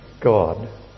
God